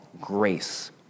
grace